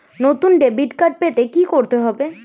নতুন debit card পেতে কী করতে হবে?